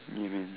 you mean